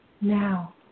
now